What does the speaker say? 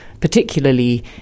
particularly